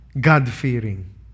God-fearing